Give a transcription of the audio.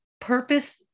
purpose